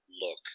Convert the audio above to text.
look